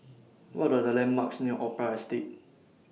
What Are The landmarks near Opera Estate